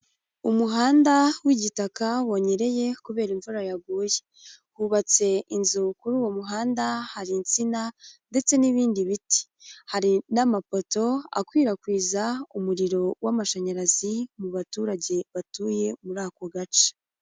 Umuhanda w'igitaka wanyereye kubera imvura yaguye, hubatse inzu kuri uwo muhanda hari insina ndetse n'ibindi biti, hari n'amapoto akwirakwiza umuriro w'amashanyarazi mu baturage batuye muri ako gace.